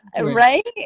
Right